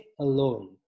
alone